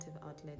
outlet